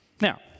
Now